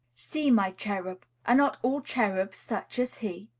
see my cherub. are not all cherubs such as he?